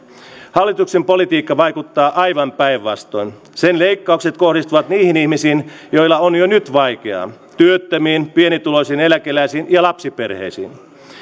hallituksen politiikka vaikuttaa aivan päinvastoin sen leikkaukset kohdistuvat niihin ihmisiin joilla on jo nyt vaikeaa työttömiin pienituloisiin eläkeläisiin ja lapsiperheisiin